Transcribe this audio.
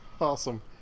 Awesome